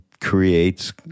creates